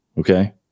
Okay